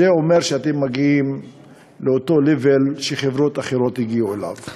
זה אומר שאתם מגיעים לאותו level שחברות אחרות הגיעו אליו.